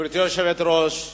גברתי היושבת-ראש,